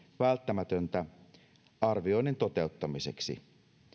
välttämätöntä sen arvioinnin toteuttamiseksi